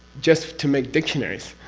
just to make dictionaries.